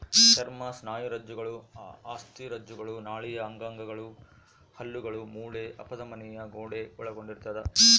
ಚರ್ಮ ಸ್ನಾಯುರಜ್ಜುಗಳು ಅಸ್ಥಿರಜ್ಜುಗಳು ನಾಳೀಯ ಅಂಗಗಳು ಹಲ್ಲುಗಳು ಮೂಳೆ ಅಪಧಮನಿಯ ಗೋಡೆ ಒಳಗೊಂಡಿರ್ತದ